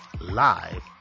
live